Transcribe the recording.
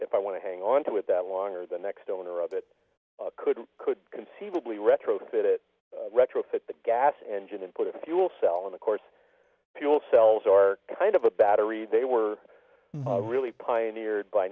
if i want to hang onto it that long or the next owner of it could could conceivably retrofit retrofit the gas engine and put a fuel cell in the course people cells are kind of a battery they were really pioneered by